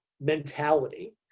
mentality